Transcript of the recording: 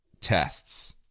tests